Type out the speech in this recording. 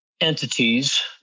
entities